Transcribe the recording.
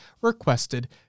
requested